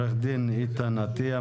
עו"ד איתן אטיה,